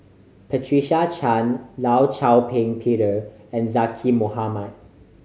Patricia Chan Law Shau Ping Peter and Zaqy Mohamad